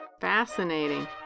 Fascinating